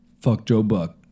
FuckJoeBuck